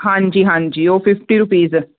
ਹਾਂਜੀ ਹਾਂਜੀ ਉਹ ਫਿਫਟੀ ਰੁਪੀਜ਼